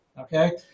Okay